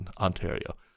Ontario